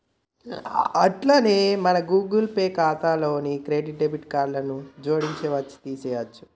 అట్లనే మన Google Pay ఖాతాలో క్రెడిట్ డెబిట్ కార్డులను జోడించవచ్చు తీసేయొచ్చు